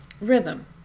Rhythm